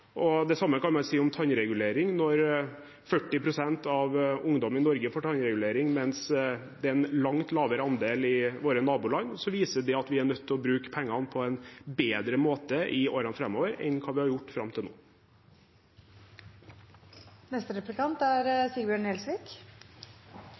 utgiftene. Det samme kan man si om tannregulering. Når 40 pst. av ungdommen i Norge får tannregulering, mens det er en langt lavere andel i våre naboland, viser det at vi er nødt til å bruke pengene på en bedre måte i årene framover enn det vi har gjort fram til nå. Vårt oppdrag som folkevalgte i Stortinget er